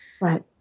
right